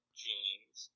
jeans